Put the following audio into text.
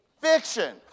Fiction